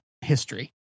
history